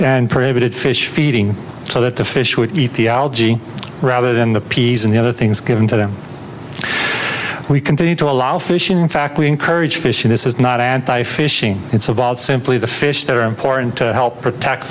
and prohibited fish feeding so that the fish would eat the algae rather than the peas and the other things given to them we continue to allow fish in fact we encourage fishing this is not anti fishing it's about simply the fish that are important to help protect